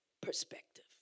perspective